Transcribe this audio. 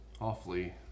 awfully